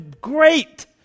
great